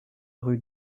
rue